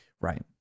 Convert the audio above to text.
Right